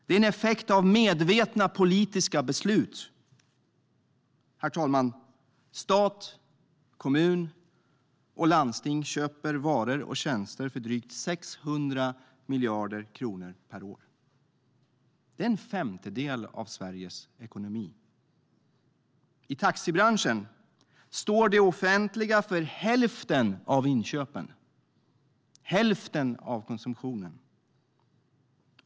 Det är en effekt av medvetna politiska beslut. Herr talman! Stat, kommun och landsting köper varor och tjänster för drygt 600 miljarder kronor per år. Det är en femtedel av Sveriges ekonomi. I taxibranschen står det offentliga för hälften av inköpen, hälften av konsumtionen.